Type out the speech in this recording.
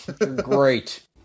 great